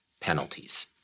penalties